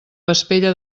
vespella